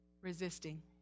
Resisting